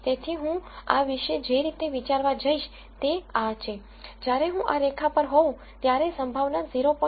તેથી હું આ વિશે જે રીતે વિચારવા જઈશ તે આ છે જ્યારે હું આ રેખા પર હોઉં ત્યારે સંભાવના 0